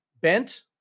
bent